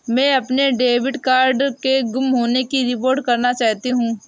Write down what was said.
मैं अपने debit card के गुम होने की रिपोर्ट करना चाहती हूँ